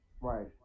right